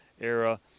era